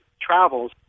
travels